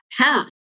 path